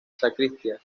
sacristía